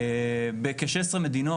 ב-16 מדינות,